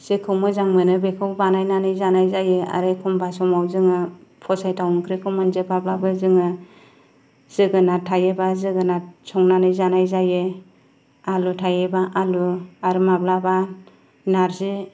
जेखौ मोजां मोनो बेखौ बानायनानै जानाय जायो आरो एखनबा समाव जोङो फसायथाव ओंख्रिखौ मोनजोबाब्लाबो जोङो जोगोनार थायोबा जोगोनादर संनानै जानाय जायो आलु थायोबा आलु आरो माब्लाबा नार्जि